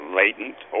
latent